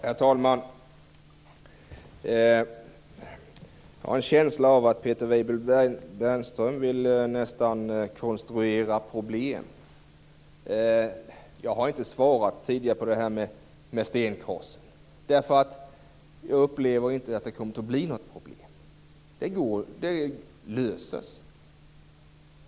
Herr talman! Jag har en känsla av att Peter Weibull Bernström nästan vill konstruera problem. Jag har inte svarat tidigare på frågan om stenkrossen, därför att jag upplever inte att det kommer att bli något problem. Problemet kommer att lösa sig.